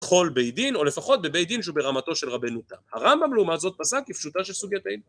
בכל בית דין או לפחות בבית דין שהוא ברמתו של רבנו תם. הרמב״ם לעומת זאת פסק כפשוטה של סוגית העבר